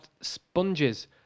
sponges